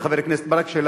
ולחבר הכנסת ברכה,